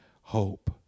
hope